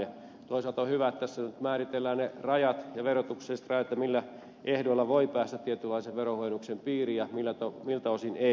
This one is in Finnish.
toisaalta on hyvä että tässä nyt määritellään ne rajat ja verotukselliset rajat ja se millä ehdoilla voi päästä tietynlaisen veronhuojennuksen piiriin ja miltä osin ei